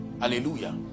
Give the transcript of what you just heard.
Hallelujah